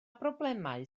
broblemau